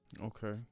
Okay